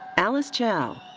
alice cao.